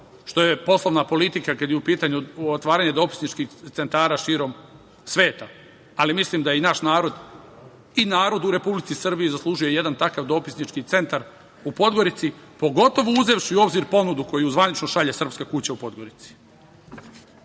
što je poslovna politika kada je u pitanju otvaranje dopisničkih centara širom sveta, ali mislim da je naš narod i narod u Republici Srbiji zaslužio jedan takav dopisnički centar u Podgorici, pogotovo uzevši u obzir ponudu koju zvanično šalje „Srpska kuća“ u Podgorici. Time